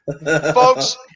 folks